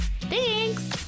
Thanks